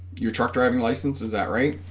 your truck driving license is that right